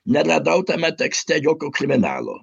neradau tame tekste jokio kriminalo